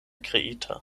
kreita